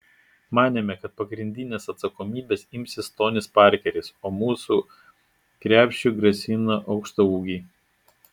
manėme kad pagrindinės atsakomybės imsis tonis parkeris o mūsų krepšiui grasino aukštaūgiai